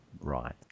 right